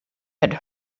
had